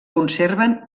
conserven